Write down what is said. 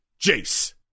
jace